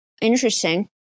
Interesting